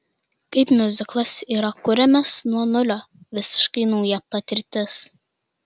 kaip miuziklas yra kuriamas nuo nulio visiškai nauja patirtis